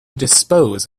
dispose